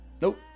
Nope